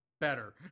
better